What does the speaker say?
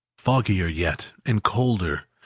foggier yet, and colder.